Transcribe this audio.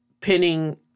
pinning